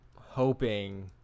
hoping